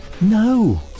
no